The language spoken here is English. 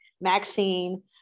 Maxine